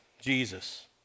Jesus